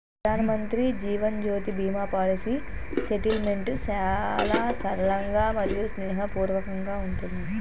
ప్రధానమంత్రి Jeevan Jyoti Bima policy settlement చాలా సరళంగా మరియు స్నేహపూర్వకంగా ఉంటున్నాది